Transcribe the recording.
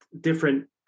different